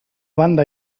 banda